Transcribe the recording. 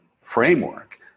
framework